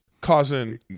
causing